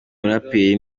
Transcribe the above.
muraperi